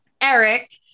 Eric